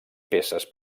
peces